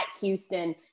Houston